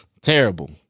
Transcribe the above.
Terrible